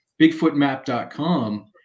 BigfootMap.com